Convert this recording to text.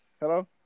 Hello